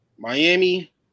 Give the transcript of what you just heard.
Miami